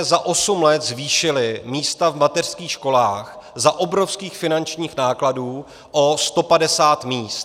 Za osm let jsme zvýšili místa v mateřských školách za obrovských finančních nákladů o 150 míst.